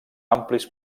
amplis